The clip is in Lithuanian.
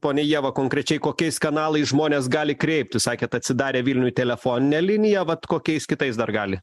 ponia ieva konkrečiai kokiais kanalais žmonės gali kreiptis sakėt atsidarė vilniuj telefoninė linija vat kokiais kitais dar gali